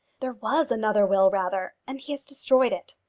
there was another will rather, and he has destroyed it.